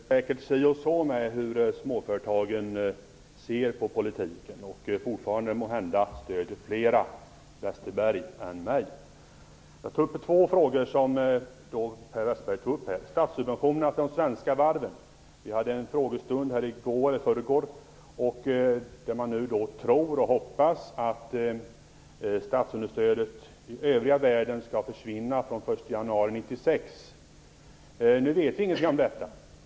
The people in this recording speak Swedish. Herr talman! Det är säkert si och så med hur småföretagarna ser på politiken. Måhända är det fortfarande fler som stöder Westerberg än mig. Jag tog upp två frågor med Per Westerberg, bl.a. statssubventionerna till de svenska varven. Vi hade en frågestund här i förrgår, där det visade sig att man nu tror och hoppas att statsunderstödet i övriga världen skall försvinna från den 1 januari 1996. Nu vet vi ingenting om detta.